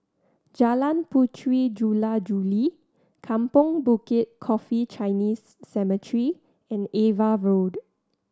Jalan Puteri Jula Juli Kampong Bukit Coffee Chinese Cemetery and Ava Road